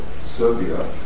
Serbia